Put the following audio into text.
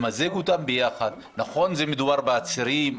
למזג אותן ביחד נכון שמדובר בעצירים,